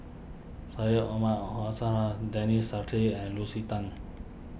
Syed Omar Denis Santry and Lucy Tan